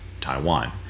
Taiwan